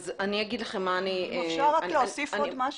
אם אפשר רק להוסיף עוד משהו?